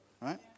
right